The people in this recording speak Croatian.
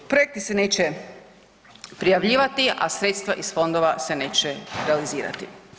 Projekti se neće prijavljivati, a sredstva iz fondova se neće realizirati.